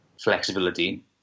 flexibility